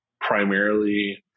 primarily